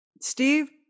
Steve